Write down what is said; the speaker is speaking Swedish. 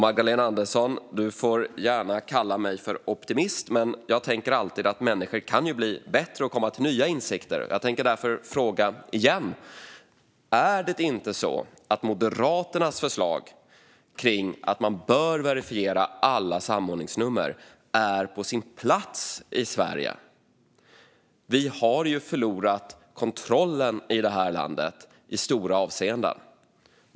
Magdalena Andersson får gärna kalla mig optimist, men jag tänker alltid att människor kan bli bättre och kan komma till nya insikter. Jag tänker därför fråga igen: Är inte Moderaternas förslag om att man bör verifiera alla samordningsnummer i Sverige på sin plats? Vi har i stora avseenden förlorat kontrollen i vårt land.